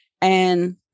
and-